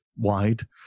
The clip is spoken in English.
wide